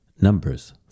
Numbers